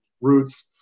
roots